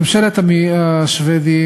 ממשלת השבדים,